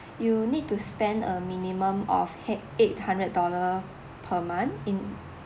you need to spend a minimum of eight eight hundred dollars per month